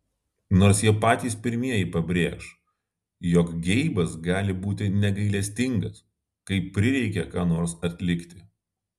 nors jie patys pirmieji pabrėš jog geibas gali būti negailestingas kai prireikia ką nors atlikti